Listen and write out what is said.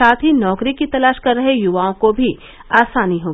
साथ ही नौकरी की तलाश कर रहे युवाओं को भी आसानी होगी